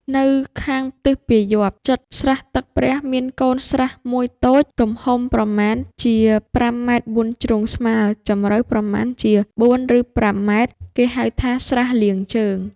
នៅខាងទិសពាយ័ព្យ ជិតស្រះទឹកព្រះ មានកូនស្រះមួយតូច ទំហំប្រមាណជា ៥ ម. បួនជ្រុងស្មើ ជម្រៅប្រមាណជា ៤ ឬ ៥ ម., គេហៅថា ស្រះលាងជើង ។